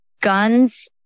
guns